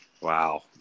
Wow